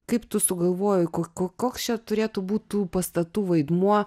kaip tu sugalvojai ko ko koks čia turėtų būt tų pastatų vaidmuo